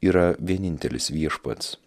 yra vienintelis viešpats